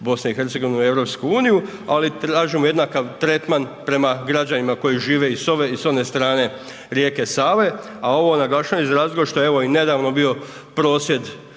BiH u EU, ali tražimo jednak tretman prema građanima koji žive i s ove i s one strane rijeke Save, a ovo naglašavam iz razloga što je evo i nedavno bio prosvjed